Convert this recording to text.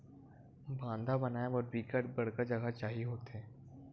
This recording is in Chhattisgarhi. बांधा बनाय बर बिकट बड़का जघा चाही होथे